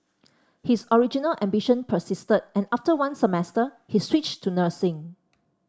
his original ambition persisted and after one semester he switched to nursing